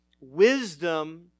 wisdom